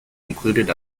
included